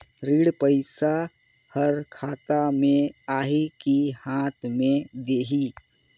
ऋण पइसा हर खाता मे आही की हाथ मे देही?